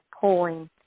pulling